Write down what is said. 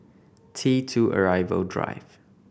T Two Arrival Drive